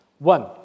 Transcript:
One